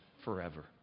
forever